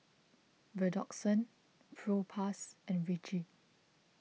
Redoxon Propass and Vichy